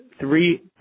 three